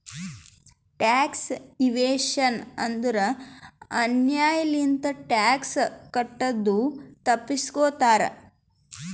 tax evasion ಅಂದುರ್ ಅನ್ಯಾಯ್ ಲಿಂತ ಟ್ಯಾಕ್ಸ್ ಕಟ್ಟದು ತಪ್ಪಸ್ಗೋತಾರ್